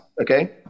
Okay